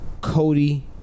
Cody